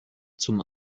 zum